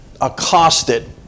accosted